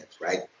right